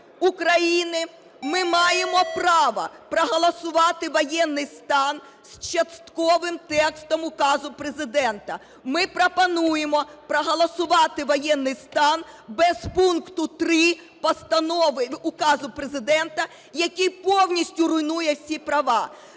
України, ми маємо право проголосувати воєнний стан з частковим текстом указу Президента. Ми пропонуємо проголосувати воєнний стан без пункту 3 постанови… указу Президента, який повністю руйнує всі права.